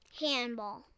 handball